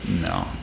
no